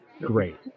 Great